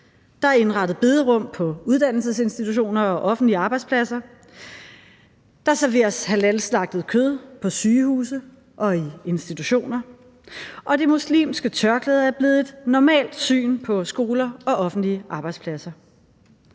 der er indrettet bederum på uddannelsesinstitutioner og offentlige arbejdspladser, der serveres halalslagtet kød på sygehuse og i institutioner, og det muslimske tørklæde er blevet et normalt syn på skoler og offentlige arbejdspladser.